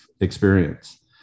experience